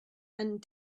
and